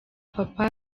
papy